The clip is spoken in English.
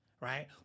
right